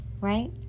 right